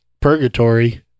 purgatory